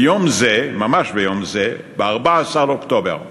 ביום זה, ממש ביום זה, ב-14 באוקטובר 1973,